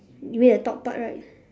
you mean the top part right